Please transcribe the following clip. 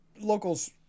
Locals